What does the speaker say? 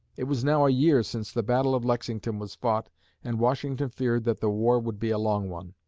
it was now a year since the battle of lexington was fought and washington feared that the war would be a long one.